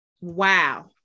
Wow